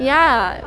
ya